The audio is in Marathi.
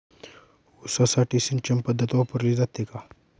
ऊसासाठी सिंचन पद्धत वापरली जाते का?